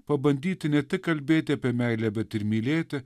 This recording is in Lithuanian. pabandyti ne tik kalbėti apie meilę bet ir mylėti